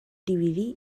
dividir